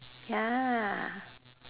ya